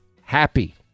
happy